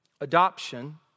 adoption